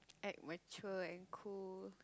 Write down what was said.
act mature and cool